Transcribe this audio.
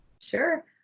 Sure